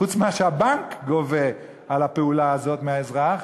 חוץ ממה שהבנק גובה על הפעולה הזאת מהאזרח